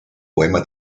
poema